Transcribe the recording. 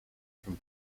from